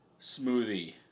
smoothie